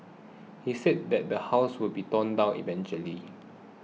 he said that the house will be torn down eventually